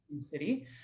city